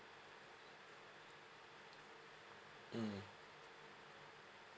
mm